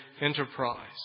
Enterprise